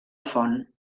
font